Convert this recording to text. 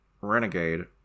renegade